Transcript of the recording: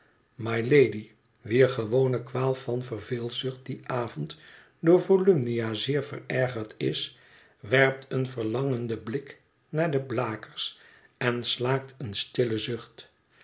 mylady wier gewone kwaal van verveelzucht dien avond door volumnia zeer verergerd is werpt een verlangenden blik naar de blakers en slaakt een stillen zucht